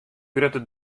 grutte